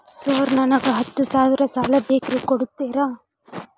Sir ನನಗ ಹತ್ತು ಸಾವಿರ ಸಾಲ ಬೇಕ್ರಿ ಕೊಡುತ್ತೇರಾ?